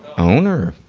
owner.